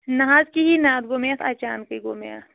نہَ حظ کِہیٖنٛی نہَ حظ یہِ گوٚو مےٚ اچانکٕے گوٚو مےٚ اَتھ